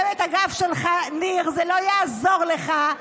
זה לא יעזור לך,